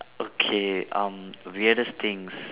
okay um weirdest things